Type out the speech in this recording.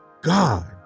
God